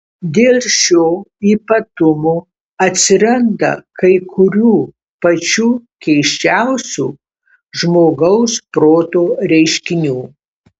dėl šio ypatumo atsiranda kai kurių pačių keisčiausių žmogaus proto reiškinių